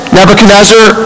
Nebuchadnezzar